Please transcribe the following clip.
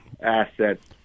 assets